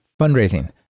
fundraising